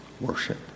worship